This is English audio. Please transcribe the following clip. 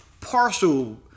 partial